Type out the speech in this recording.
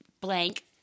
Blank